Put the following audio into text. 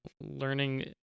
learning